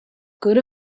good